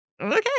Okay